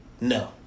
No